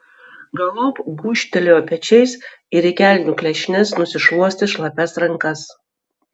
galop gūžtelėjo pečiais ir į kelnių klešnes nusišluostė šlapias rankas